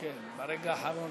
לקריאה שנייה ולקריאה שלישית,